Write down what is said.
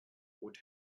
would